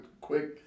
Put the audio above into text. quick